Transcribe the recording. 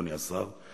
אדוני השר,